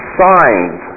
signs